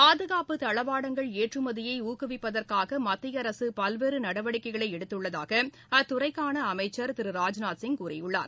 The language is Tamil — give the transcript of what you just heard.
பாதுகாப்பு தளவாடங்கள் ஏற்றுமதியை ஊக்குவிப்பதற்காக மத்திய அரசு பல்வேறு நடவடிக்கைகளை எடுத்துள்ளதாக அத்துறைக்கான அமைச்சர் திரு ராஜ்நாத் சிங் கூறியுள்ளார்